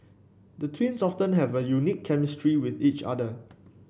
the twins often have a unique chemistry with each other